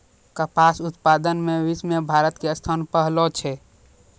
कपास उत्पादन मॅ विश्व मॅ भारत के स्थान पहलो छै